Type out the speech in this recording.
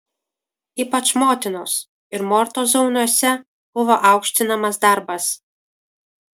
ypač motinos ir mortos zauniuose buvo aukštinamas darbas